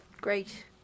great